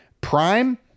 prime